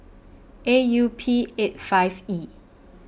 A U P eight five E